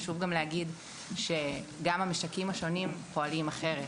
חשוב גם להגיד שגם המשקים השונים פועלים אחרת.